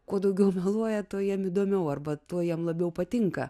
kuo daugiau meluoja tuo jam įdomiau arba tuo jam labiau patinka